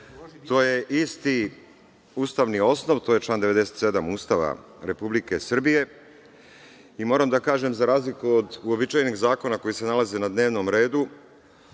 To je isti ustavni osnov, to je član 97. Ustava Republike Srbije, i moram da kažem za razliku od uobičajenih zakona koji se nalaze na dnevnom redu